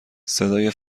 صدای